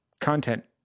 content